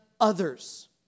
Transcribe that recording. others